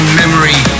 memory